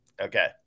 okay